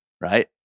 Right